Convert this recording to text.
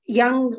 young